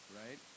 right